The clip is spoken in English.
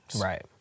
Right